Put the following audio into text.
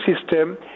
system